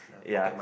ya